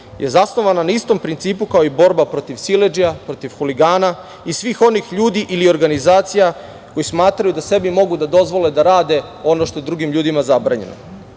je zasnovana na istom principu kao i borba protiv siledžija, protiv huligana i svih onih ljudi ili organizacija koji smatraju da sebi mogu da dozvole da rade ono što drugim ljudima zabranjeno. Sasvim